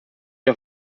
der